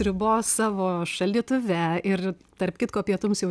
ribos savo šaldytuve ir tarp kitko pietums jau